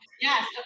Yes